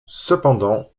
cependant